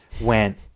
went